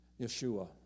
Yeshua